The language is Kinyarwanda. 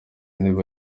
w’intebe